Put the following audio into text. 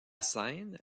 scène